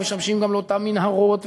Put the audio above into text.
משמש גם לאותן מנהרות,